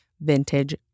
vintage